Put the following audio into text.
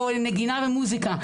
או נגינה במוסיקה,